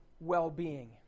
well-being